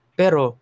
pero